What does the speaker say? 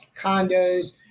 Condos